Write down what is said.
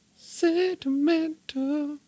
Sentimental